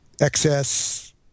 excess